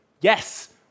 Yes